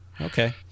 Okay